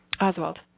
Oswald